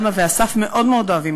אלמה ואסף מאוד מאוד אוהבים,